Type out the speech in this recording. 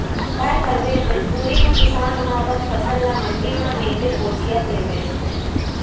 काये करबे मजबूरी म किसान ह अपन फसल ल मंडी म नइ ते कोचिया तीर बेचथे